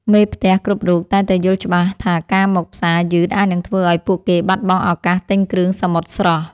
មេផ្ទះគ្រប់រូបតែងតែយល់ច្បាស់ថាការមកផ្សារយឺតអាចនឹងធ្វើឱ្យពួកគេបាត់បង់ឱកាសទិញគ្រឿងសមុទ្រស្រស់។